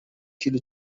کیلو